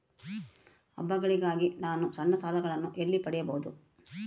ಹಬ್ಬಗಳಿಗಾಗಿ ನಾನು ಸಣ್ಣ ಸಾಲಗಳನ್ನು ಎಲ್ಲಿ ಪಡಿಬಹುದು?